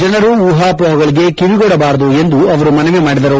ಜನರು ಉಹಾಪೋಹಗಳಿಗೆ ಕಿವಿಕೊಡಬಾರದು ಎಂದು ಮನವಿ ಮಾಡಿದರು